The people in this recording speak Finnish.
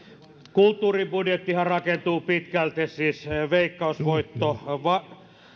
kulttuuribudjettihan rakentuu pitkälti veikkausvoittovarojen